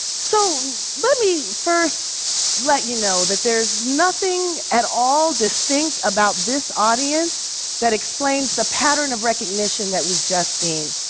so let me first let you know that there's nothing at all distinct about this audience that explains the pattern of recognition that we've just seen.